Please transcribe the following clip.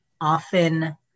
often